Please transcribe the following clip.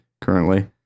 currently